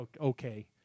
Okay